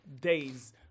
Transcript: days